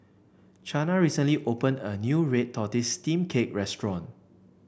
Chana recently opened a new Red Tortoise Steamed Cake restaurant